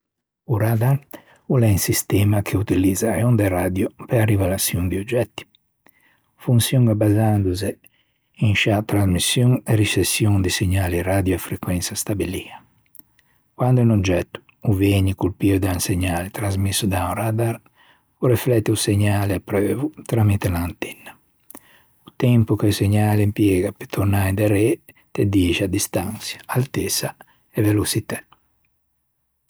O radar o l'é un sistema ch'o utilizza e onde radio pe-a rivelaçion di oggetti. Fonçioña basandose in sciâ trasmiscion e riçeçion di segnali radio a-a frequensa stabilia. Quande un oggetto o vëgne corpio da un segnale trasmisso da un radar o reflette o segnale apreuvo tramite unn'antenna. O tempo che o segnale impiega pe tornâ inderê te dixe a distançia, altessa e veloçitæ.